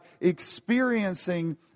experiencing